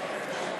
אבל החוק צודק.